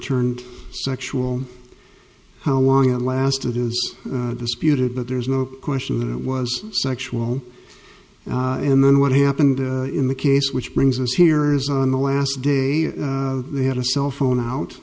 turned sexual how long it lasted is disputed but there's no question that it was sexual and then what happened in the case which brings us here is on the last day they had a cell phone out